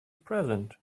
present